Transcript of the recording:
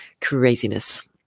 craziness